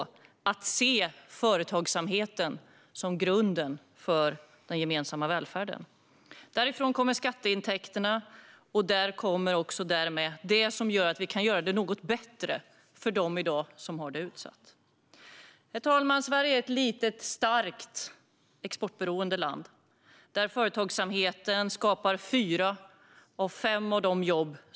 Vi måste se företagsamheten som grunden för den gemensamma välfärden. Därifrån kommer skatteintäkterna som gör att vi kan göra det något bättre för dem som i dag är utsatta. Herr talman! Sverige är ett litet, starkt exportberoende land där företagsamheten i snitt skapar fyra av fem jobb.